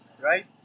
right